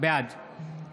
בעד שרן מרים השכל,